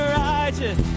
righteous